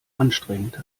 anstrengend